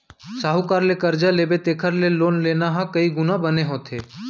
साहूकार ले करजा लेबे तेखर ले लोन लेना ह कइ गुना बने होथे